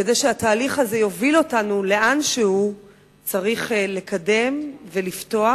כדי שהתהליך הזה יוביל אותנו לאן שהוא צריך לקדם ולפתוח,